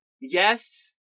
yes